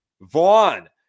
Vaughn